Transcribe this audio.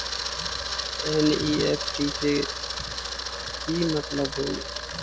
NEFT के कि मतलब होइ?